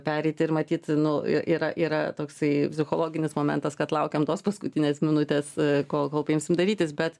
pereiti ir matyt nu yra yra toksai psichologinis momentas kad laukiam tos paskutinės minutės kol kol paimsim darytis bet